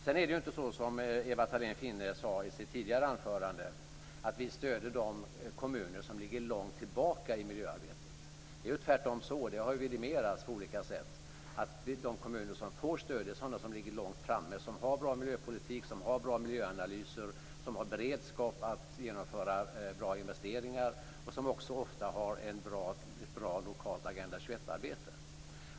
Sedan är det inte så som Ewa Thalén Finné sade i sitt tidigare anförande att vi stöder de kommuner som ligger långt tillbaka i miljöarbetet. Det är tvärtom så, och det har vidimerats på olika sätt, att de kommuner som får stöd är sådana som ligger långt framme, som har bra miljöpolitik, som har bra miljöanalyser, som har beredskap att genomföra bra investeringar och som också ofta har ett bra lokalt Agenda 21-arbete.